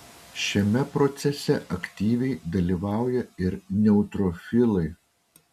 šiame procese aktyviai dalyvauja ir neutrofilai